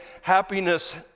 happiness